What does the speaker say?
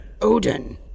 Odin